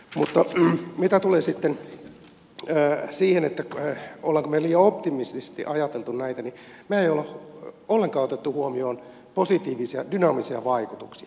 mutta mitä tulee sitten siihen olemmeko me liian optimistisesti ajatelleet näitä niin me emme ole ollenkaan ottaneet huomioon positiivisia dynaamisia vaikutuksia